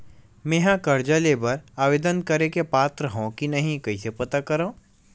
मेंहा कर्जा ले बर आवेदन करे के पात्र हव की नहीं कइसे पता करव?